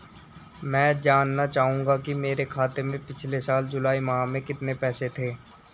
मैं जानना चाहूंगा कि मेरे खाते में पिछले साल जुलाई माह में कितने पैसे थे?